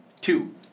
two